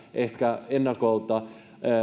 ehkä ennakolta